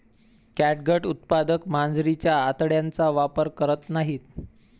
catgut उत्पादक मांजरीच्या आतड्यांचा वापर करत नाहीत